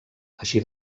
així